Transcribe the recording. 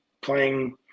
playing